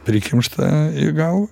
prikimšta į gal